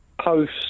post